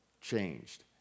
changed